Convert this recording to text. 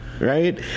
right